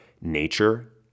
Nature